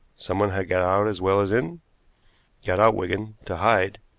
someone had got out as well as in got out, wigan, to hide,